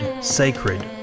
sacred